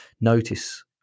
notice